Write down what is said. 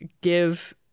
give